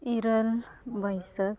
ᱤᱨᱟᱹᱞ ᱵᱟᱹᱭᱥᱟᱹᱠ